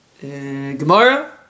Gemara